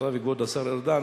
אתה וכבוד השר ארדן,